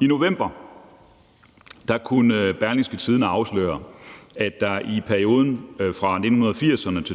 I november kunne Berlingske afsløre, at der i perioden fra 1980'erne til